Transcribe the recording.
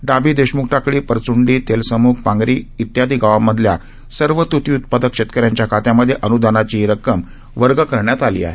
डाबी देशम्ख टाकळी परच्ंडी तेलसम्ख पांगरी आदी गावांमधल्या सर्व तृती उत्पादक शेतकऱ्यांच्या खात्यांमध्ये अन्दानाची ही रक्कम वर्ग करण्यात आली आहे